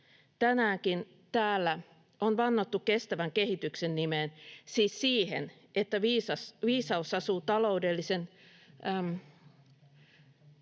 Tänäänkin täällä on vannottu kestävän kehityksen nimeen, siis siihen, että viisaus asuu taloudellisen...